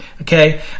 Okay